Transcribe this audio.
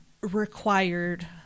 required